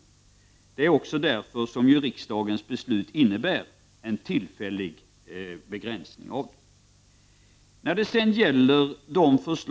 Det är också därför som riksdagens beslut innebar en tillfällig begränsning.